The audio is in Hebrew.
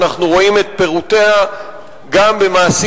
אנחנו רואים את פירותיה גם במעשים